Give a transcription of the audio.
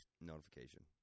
notification